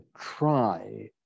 try